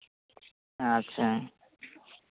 ᱟᱪᱪᱷᱟ